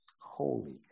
holy